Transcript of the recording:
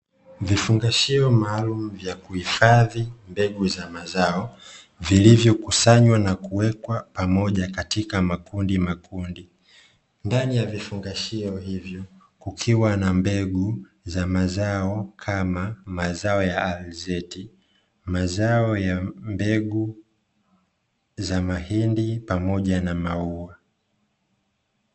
Vifungashio maalumu vya kuhifadhi mbegu za mazao, vilivyo kusanywa na kuwekwa pamoja katika makundi makundi, ndani ya vifungashio hivyo kukiwa na mbegu za mazao kama, mazao ya alizeti, mazao ya mbegu za mahindi pamoja na maua.